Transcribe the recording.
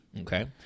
Okay